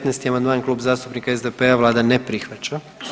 19. amandman Klub zastupnika SDP-a, Vlada ne prihvaća.